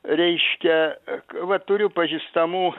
reiškia va turiu pažįstamų